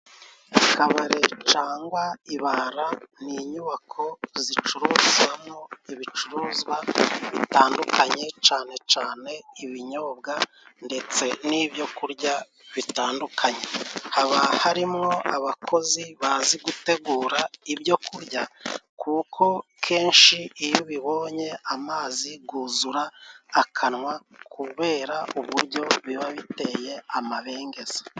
Kabare cangwa ibara ni inyubako zicururizwamo ibicuruzwa bitandukanye cane cane ibinyobwa ndetse n'ibyo kurya bitandukanye, haba harimwo abakozi bazi gutegura ibyo kurya kuko kenshi iyo ubibonye amazi guzura akanwa kubera uburyo biba biteye amabengeza.